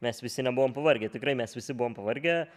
mes visi nebuvom pavargę tikrai mes visi buvom pavargę